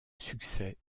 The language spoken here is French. succès